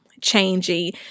changing